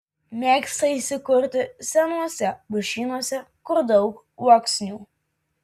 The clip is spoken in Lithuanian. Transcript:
mėgsta įsikurti senuose pušynuose kur daug uoksų